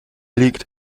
liegt